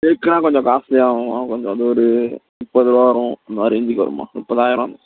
தேக்கெலாம் கொஞ்சம் காஸ்ட்லியாகவும் கொஞ்சம் அது ஒரு முப்பது ரூபா வரும் அந்த மாதிரி ரேஞ்சுக்கு வரும்மா முப்பதாயிரம்